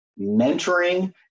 mentoring